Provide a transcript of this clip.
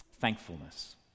Thankfulness